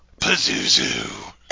Pazuzu